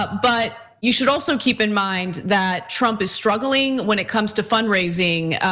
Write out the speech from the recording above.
but but you should also keep in mind that trump is struggling when it comes to fundraising,